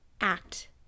act